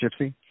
gypsy